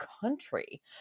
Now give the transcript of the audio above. country